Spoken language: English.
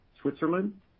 Switzerland